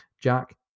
Jack